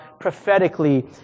prophetically